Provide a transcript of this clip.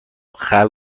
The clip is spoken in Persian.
خلق